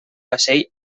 vaixell